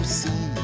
see